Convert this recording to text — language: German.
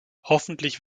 hoffentlich